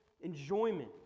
enjoyment